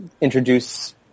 introduce